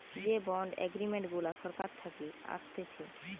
যে bond agreement গুলা সরকার থাকে আসতেছে